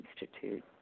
Institute